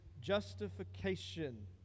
justification